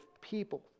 people